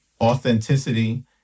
authenticity